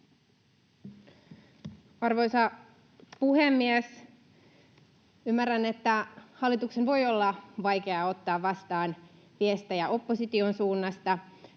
Arvoisa puhemies! Ymmärrän, että hallituksen voi olla vaikeaa ottaa vastaan viestejä opposition suunnasta,